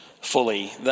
fully